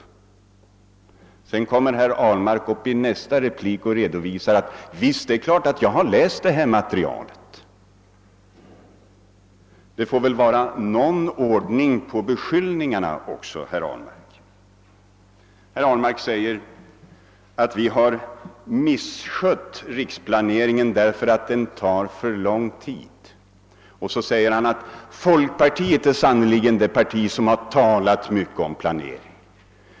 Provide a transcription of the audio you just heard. Men i nästa replik står herr Ahlmark upp och förklarar: » Visst, det är klart att jag har läst det här materialet.« Det får väl vara någon ordning på beskyllningarna också, herr Ahlmark! Herr Ahlmark säger att vi har misskött riksplaneringen, den tar för lång tid. Och så säger han: Folkparliet är sannerligen ett parti som har talat mycket om planering.